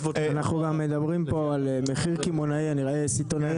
גם מדברים פה על מחיר סיטונאי.